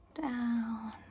down